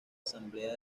asamblea